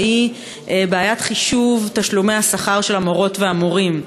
והיא בעיית חישוב תשלומי השכר של המורות והמורים,